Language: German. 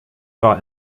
war